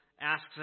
asks